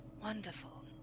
Wonderful